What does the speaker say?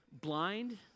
blind